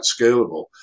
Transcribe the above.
scalable